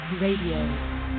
Radio